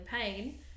pain